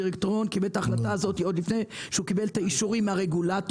הדירקטוריון קיבל את ההחלטה הזאת עוד לפני שהוא קיבל אישורים מהרגולטור.